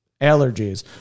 allergies